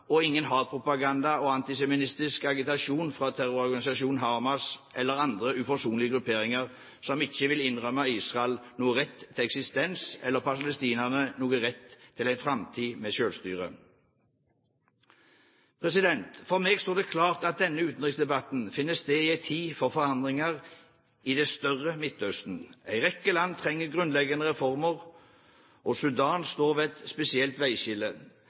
og ingen hatpropaganda og antisemittisk agitasjon fra terrororganisasjonen Hamas eller andre uforsonlige grupperinger som ikke vil innrømme Israel noen rett til eksistens, eller palestinerne noen rett til en framtid med selvstyre. For meg står det klart at denne utenriksdebatten finner sted i en tid for forandringer i det større Midtøsten. En rekke land trenger grunnleggende reformer. Sudan står ved et spesielt veiskille.